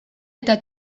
eta